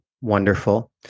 Wonderful